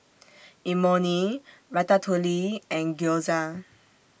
Imoni Ratatouille and Gyoza